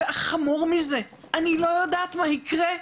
וחמור מזה, אני לא יודעת מה יקרה,